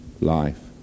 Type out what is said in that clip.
life